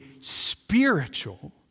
spiritual